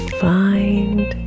find